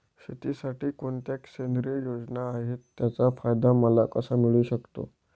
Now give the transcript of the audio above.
शेतीसाठी कोणत्या केंद्रिय योजना आहेत, त्याचा फायदा मला कसा मिळू शकतो?